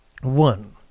One